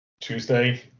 Tuesday